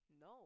No